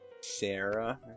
Sarah